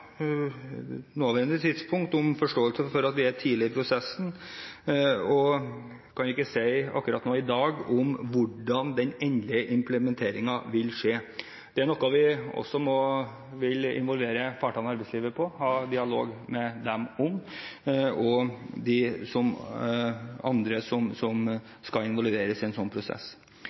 nåværende tidspunkt om forståelse for at vi er tidlig i prosessen, og jeg kan ikke akkurat i dag si noe om hvordan den endelige implementeringen vil skje. Det er noe vi vil involvere partene i arbeidslivet og andre som skal involveres i en slik prosess,